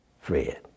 fred